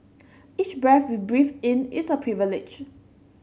each breath we breathe in is a privilege